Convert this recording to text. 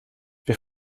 wir